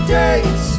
days